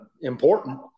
important